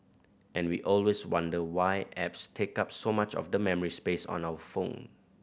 and we always wonder why apps take up so much of the memory space on our phone